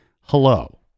hello